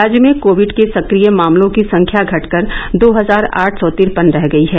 राज्य में कोविड के सक्रिय मामलों की संख्या घटकर दो हजार आठ सौ तिरपन रह गयी है